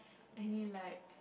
any like